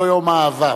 לא יום האהבה,